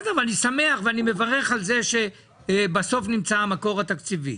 אני שמח ואני מברך על זה שבסוף נמצא המקור התקציבי.